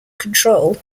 control